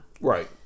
Right